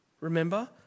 Remember